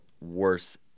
worse